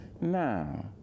Now